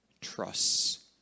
trusts